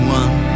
one